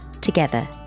together